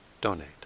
donate